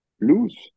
lose